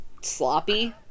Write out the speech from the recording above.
sloppy